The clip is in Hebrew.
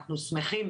אנחנו שמחים.